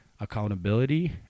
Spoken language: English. accountability